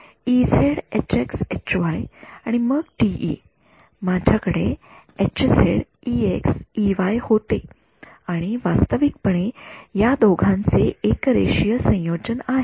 आणि मग टीई माझ्याकडे होते आणि वास्तविक पणे या दोघांचे एकरेषीय संयोजन आहे